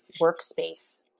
workspace